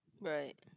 right